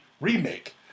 remake